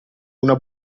una